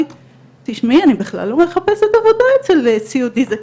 שהיא בכלל לא מחפשת עבודה אצל סיעודי זקן,